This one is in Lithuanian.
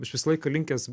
aš visą laiką linkęs